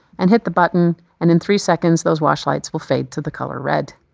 and hit the button, and in three seconds, those wash lights will fade to the color red.